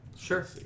Sure